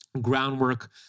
Groundwork